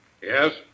Yes